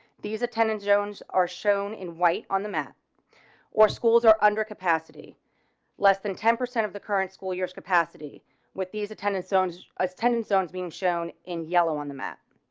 these attendance zones are shown in white on the map or schools are under capacity less than ten percent of the current school year capacity with these attendance zones, attendance zones being shown in yellow on the map.